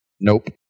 Nope